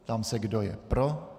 Ptám se, kdo je pro.